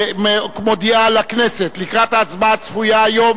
מודיעה לכנסת לקראת ההצבעה הצפויה היום